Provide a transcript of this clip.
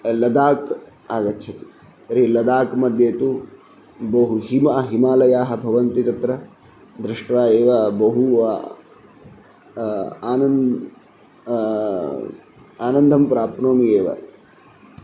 लदाक् आगच्छति तर्हि लदाक् मद्ये तु बहु हिम हिमालयाः भवन्ति तत्र दृष्ट्वा एव बहु आनन् आनन्दं प्राप्नोमि एव